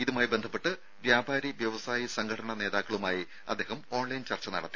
ഇതുമായി ബന്ധപ്പെട്ട് വ്യാപാരി വ്യവസായി സംഘടനാ നേതാക്കളുമായി അദ്ദേഹം ഓൺലൈൻ ചർച്ച നടത്തി